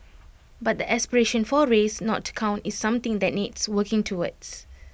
but the aspiration for race not to count is something that needs working towards